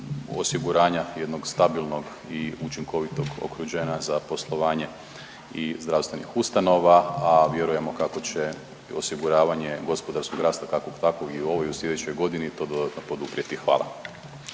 osiguranja jednog stabilnog i učinkovitog okruženja za poslovanje i zdravstvenih ustanova, a vjerujemo kako će osiguravanje gospodarskog rasta, kako u ovoj i u sljedećoj godini, to dodatno poduprijeti. Hvala.